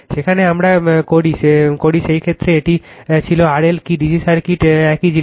সেখানে আমরা করি সেই ক্ষেত্রে এটি ছিল RL কী DC সার্কিট একই জিনিস